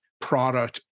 product